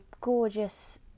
gorgeous